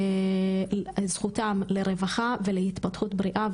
את זכותם לרווחה ולהתפתחות בריאה,